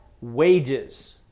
wages